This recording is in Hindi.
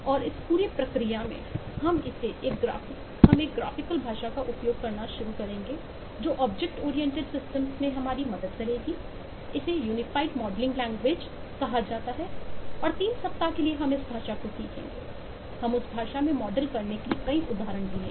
और इस पूरी प्रक्रिया में हम इसे एक ग्राफिकल भाषा का उपयोग करना शुरू करेंगे जो ऑब्जेक्ट ओरिएंटेड सिस्टम कहां जाता है और 3 सप्ताह के लिए हम इस भाषा को सीखेंगे हम उस भाषा में मॉडल करने के लिए कई उदाहरण लेंगे